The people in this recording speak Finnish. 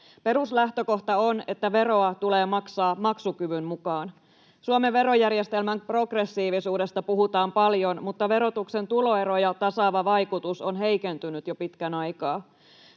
Peruslähtökohta on, että veroa tulee maksaa maksukyvyn mukaan. Suomen verojärjestelmän progressiivisuudesta puhutaan paljon, mutta verotuksen tuloeroja tasaava vaikutus on heikentynyt jo pitkän aikaa.